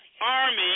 army